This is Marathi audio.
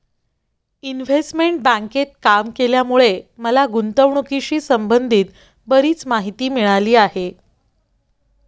इन्व्हेस्टमेंट बँकेत काम केल्यामुळे मला गुंतवणुकीशी संबंधित बरीच माहिती मिळाली आहे